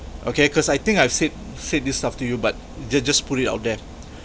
okay because I think I've said said this stuff to you but ju~ just put it out there